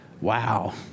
wow